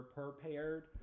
prepared